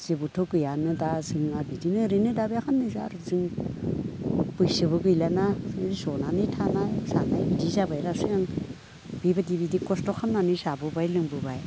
जेबोथ' गैयानो दा जोंना बिदिनो ओरैनो बे खाननैसोया बैसोबो गैलाना जनानै थाना जानो बिदि जाबाय सिगां बिबायदि खस्थ' खालामनानै जाबोबाय लोंबोबाय